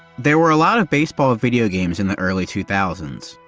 there were a lot of baseball video games in the early two thousand